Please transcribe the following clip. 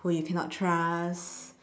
who you cannot trust